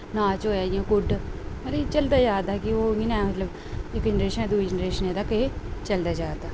नाच होआ जियां कुड्ड पर एह् चलदा जा दा कि मतलव इक जनरेशन दा दुई जनरेशनें तक एह् चलदा जा दा